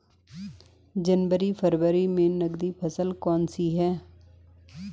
जनवरी फरवरी में नकदी फसल कौनसी है?